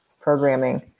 programming